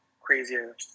crazier